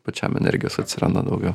pačiam energijos atsiranda daugiau